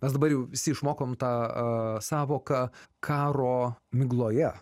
mes dabar jau visi išmokom tą sąvoką karo migloje